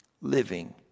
living